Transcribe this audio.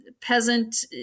peasant